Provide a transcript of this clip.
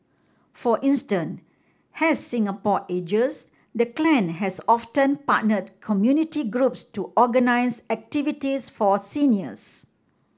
for as Singapore ages the clan has often partnered community groups to organise activities for seniors